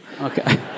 Okay